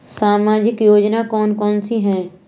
सामाजिक योजना कौन कौन सी हैं?